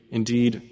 Indeed